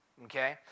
okay